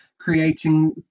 creating